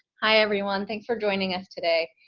hi everyone, thanks for joining us today.